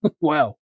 Wow